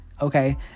Okay